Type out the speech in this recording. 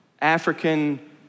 African